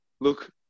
Look